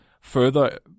Further